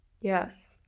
Yes